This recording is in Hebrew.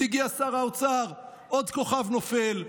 הגיע שר האוצר, עוד כוכב נופל.